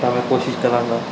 ਤਾਂ ਮੈਂ ਕੋਸ਼ਿਸ਼ ਕਰਾਂਗਾ